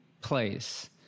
place